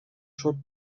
sud